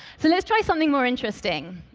so let's try something more interesting.